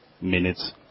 minutes